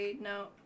No